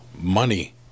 money